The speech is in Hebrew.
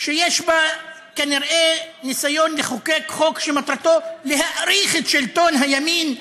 שיש בה כנראה ניסיון לחוקק חוק שמטרתו להאריך את שלטון הימין,